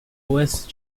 west